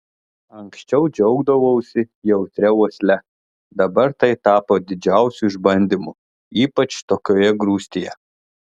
anksčiau džiaugdavosi jautria uosle dabar tai tapo didžiausiu išbandymu ypač tokioje grūstyje